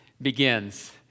Begins